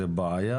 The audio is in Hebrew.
זה בעיה.